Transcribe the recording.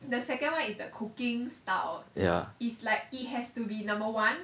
yeah